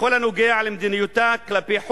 בכל הקשור למדיניותה כלפי חוץ,